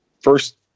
first